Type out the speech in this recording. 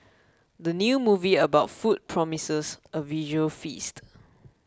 the new movie about food promises a visual feast